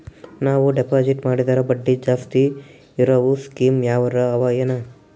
ನಾವು ಡೆಪಾಜಿಟ್ ಮಾಡಿದರ ಬಡ್ಡಿ ಜಾಸ್ತಿ ಇರವು ಸ್ಕೀಮ ಯಾವಾರ ಅವ ಏನ?